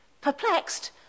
Perplexed